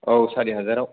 औ सारि हाजाराव